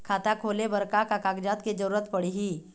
खाता खोले बर का का कागजात के जरूरत पड़ही?